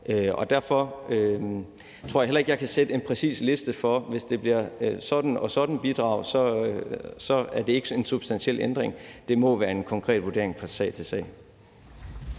og derfor tror jeg heller ikke, at jeg kan opstille en præcis liste, der viser, at hvis det bliver et sådant og sådant bidrag, er det ikke en substantiel ændring. Det må være en konkret vurdering fra sag til sag.